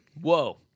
Whoa